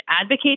advocate